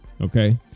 Okay